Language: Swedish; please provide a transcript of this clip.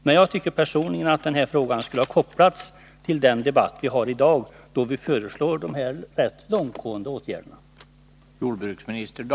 Men personligen tycker jag att frågan skulle ha kopplats till den debatt vi har i dag då vi föreslår de här rätt långtgående åtgärderna.